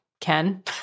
ken